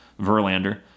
Verlander